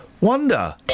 wonder